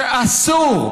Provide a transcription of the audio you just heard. ואסור,